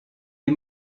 des